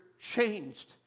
changed